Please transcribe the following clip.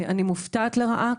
אני מופתעת לרעה,